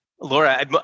Laura